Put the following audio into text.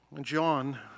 John